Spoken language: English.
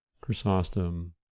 Chrysostom